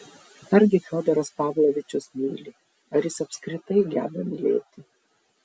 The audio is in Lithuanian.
argi fiodoras pavlovičius myli ar jis apskritai geba mylėti